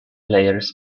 layers